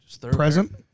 Present